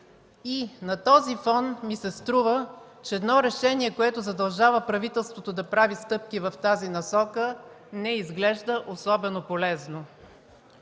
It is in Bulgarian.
На този фон ми се струва, че решение, което задължава правителството да прави стъпки в тази насока, не изглежда особено полезно.